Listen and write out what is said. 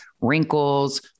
wrinkles